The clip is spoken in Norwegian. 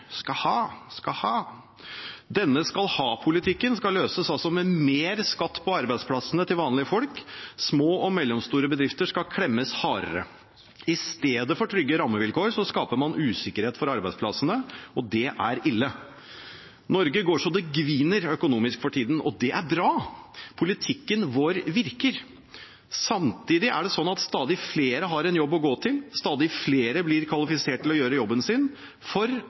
skal ha». Denne skal ha-politikken skal løses med mer skatt på arbeidsplassene til vanlige folk. Små og mellomstore bedrifter skal klemmes hardere. I stedet for trygge rammevilkår skaper man usikkerhet for arbeidsplassene – og det er ille. Norge går så det griner økonomisk, for tiden, og det er bra. Politikken vår virker. Samtidig er det sånn at stadig flere har en jobb å gå til. Stadig flere blir kvalifisert til å gjøre jobben sin, for